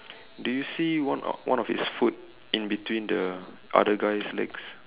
do you see one of one of his foot in between the other guy's legs